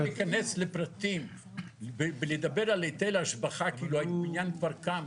אבל למה להיכנס לפרטים ולדבר על היטל השבחה כאילו הבניין כבר קם?